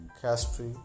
cash-free